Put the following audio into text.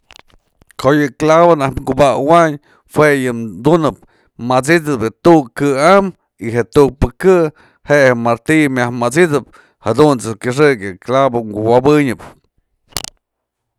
Ko'o yë clavo najk kubawëwayn jue yë dunëp, mat'sitëp tu'uk këam y je tukpë kë'ë je'e je martillo myaj mat'sitëp jadunt's kyëxëk je clavo kuwopënyëp.